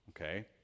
Okay